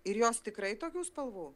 ir jos tikrai tokių spalvų